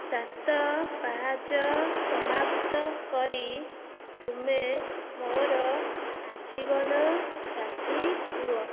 ସାତ ପାହାଚ ସମାପ୍ତ କରି ତୁମେ ମୋର ଆଜୀବନ ସାଥୀ ହୁଅ